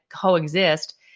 coexist